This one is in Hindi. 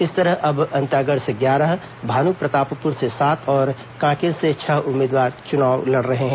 इस तरह अब अंतागढ़ से ग्यारह भानुप्रतापपुर से सात और कांकेर से छह उम्मीदवार चुनाव लड़ रहे हैं